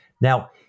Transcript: Now